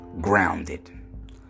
grounded